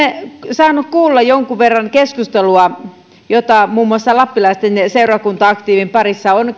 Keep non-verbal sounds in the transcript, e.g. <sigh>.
saanut kuulla jonkun verran keskustelua jota muun muassa lappilaisten seurakunta aktiivien parissa on <unintelligible>